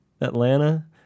Atlanta